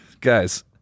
Guys